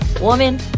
woman